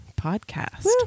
podcast